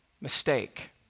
mistake